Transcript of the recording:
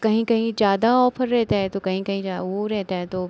कहीं कहीं ज़्यादा ऑफ़र रहता है तो कहीं कहीं ऊ रहता है तो